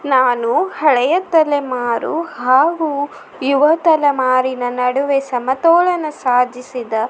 ನಾನು ಹಳೆಯ ತಲೆಮಾರು ಹಾಗೂ ಯುವ ತಲೆಮಾರಿನ ನಡುವೆ ಸಮತೋಲನ ಸಾಧಿಸಿದ